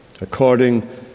according